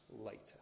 later